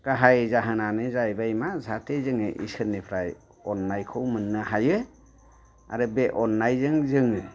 गाहाय जाहोननानो जाहैबाय मा जाहाथे जोङो इसोरनिफ्राय अन्नायखौ मोननो हायो आरो बे अन्नाय जों जोङो